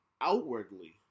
Outwardly